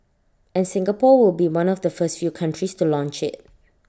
and Singapore will be one of the first few countries to launch IT